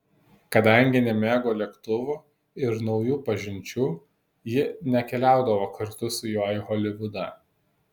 kadangi nemėgo lėktuvų ir naujų pažinčių ji nekeliaudavo kartu su juo į holivudą